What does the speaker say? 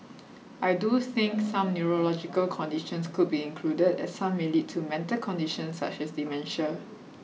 I do think some neurological conditions could be included as some may lead to mental conditions such as dementia